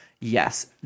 Yes